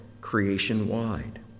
creation-wide